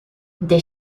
des